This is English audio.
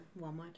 Walmart